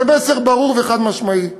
זה מסר ברור וחד-משמעי.